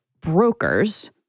brokers